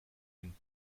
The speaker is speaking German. hin